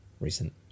recent